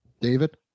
David